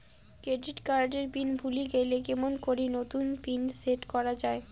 Credit card এর pin ভুলে গেলে কেমন করি নতুন পিন সেট করা য়ায়?